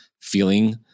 feeling